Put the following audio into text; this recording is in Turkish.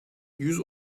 yüz